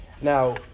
Now